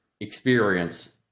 experience